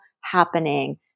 happening